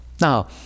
Now